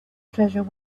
treasure